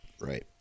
Right